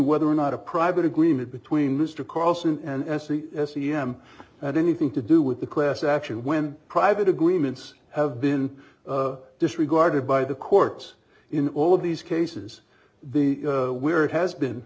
whether or not a private agreement between mr carlson and as the c m had anything to do with the class action when private agreements have been disregarded by the courts in all of these cases the where it has been